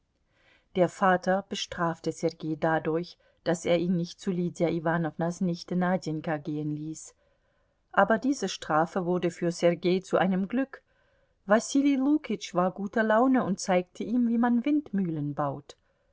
der vater bestrafte sergei dadurch daß er ihn nicht zu lydia iwanownas nichte nadjenka gehen ließ aber diese strafe wurde für sergei zu einem glück wasili lukitsch war guter laune und zeigte ihm wie man windmühlen baut